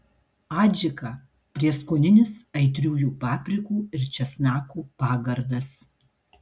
adžika prieskoninis aitriųjų paprikų ir česnakų pagardas